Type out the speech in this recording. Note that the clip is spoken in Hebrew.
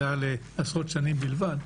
הייתה לעשרות שנים בלבד.